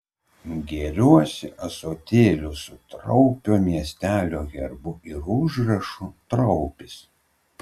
gėriuosi ąsotėliu su traupio miestelio herbu ir užrašu traupis